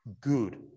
good